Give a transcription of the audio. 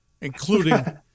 including